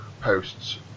posts